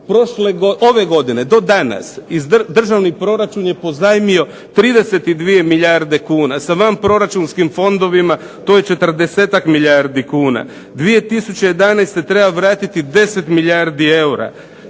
Ove godine do danas državni proračun je pozajmio 32 milijarde kuna. Sa vanproračunskim fondovima to je 40-ak milijardi kuna. 2011. treba vratiti 10 milijardi eura.